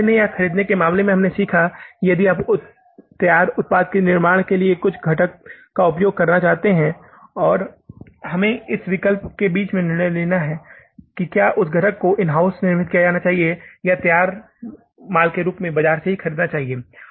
निर्णय लेने या खरीदने के मामले में हमने सीखा कि यदि आप तैयार उत्पाद के निर्माण के लिए कुछ घटक का उपयोग करना चाहते हैं और हमें इस विकल्प के बीच निर्णय लेना है कि क्या उस घटक को इन हाउस निर्मित किया जाना चाहिए या एक तैयार के रूप में बाजार से ख़रीदा जाना चाहिए